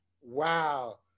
Wow